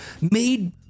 made